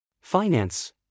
Finance